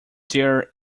their